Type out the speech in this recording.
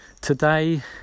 today